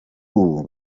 ubu